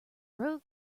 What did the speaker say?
road